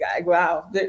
wow